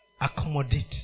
accommodate